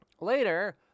Later